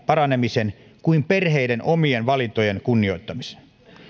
paranemisen kuin perheiden omien valintojen kunnioittamisen